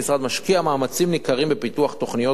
המשרד משקיע מאמצים ניכרים בפיתוח תוכניות